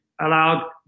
allowed